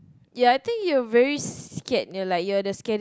ya I think you're very scared you're like the scaredy